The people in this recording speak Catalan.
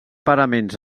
paraments